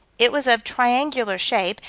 it was of triangular shape,